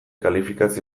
kalifikazio